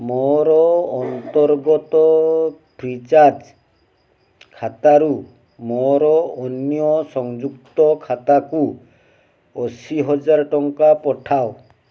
ମୋର ଅନ୍ତର୍ଗତ free charge ଖାତାରୁ ମୋର ଅନ୍ୟ ସଂଯୁକ୍ତ ଖାତାକୁ ଅଶୀ ହଜାର ଟଙ୍କା ପଠାଅ